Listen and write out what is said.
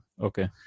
okay